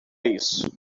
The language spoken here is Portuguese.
isso